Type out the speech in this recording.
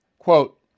Quote